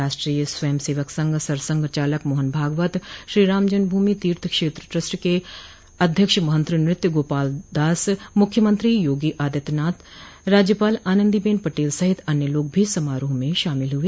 राष्ट्रीय स्वयं सेवक संघ सरसंघ चालक मोहन भागवत श्री रामजन्मभूमि तीर्थ क्षेत्र ट्रस्ट के अध्यक्ष महंत नृत्य गोपाल दास मुख्यमंत्री योगी आदित्यनाथ राज्यपाल आनन्दी बेन पटेल सहित अन्य लोग भी समारोह में शामिल हुए